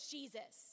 Jesus